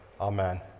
Amen